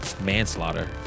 manslaughter